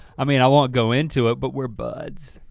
i mean i won't go into it but we're buds.